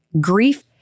grief